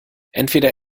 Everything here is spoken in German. entweder